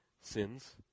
sins